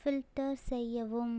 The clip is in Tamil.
ஃபில்ட்டர் செய்யவும்